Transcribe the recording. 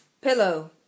Pillow